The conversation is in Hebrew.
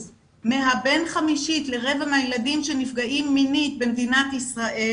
בין חמישית לרבע מהילדים שנפגעים מינית במדינת ישראל,